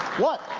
what!